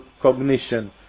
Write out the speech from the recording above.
cognition